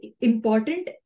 important